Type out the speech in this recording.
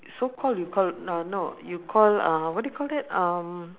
so call you call uh no you call uh what do you call that um